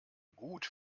gut